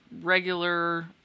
regular